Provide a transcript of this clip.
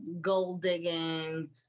gold-digging